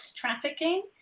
trafficking